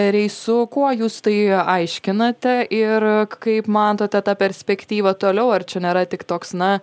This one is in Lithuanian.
reisu kuo jūs tai aiškinate ir kaip matote tą perspektyvą toliau ar čia nėra tik toks na